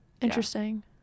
Interesting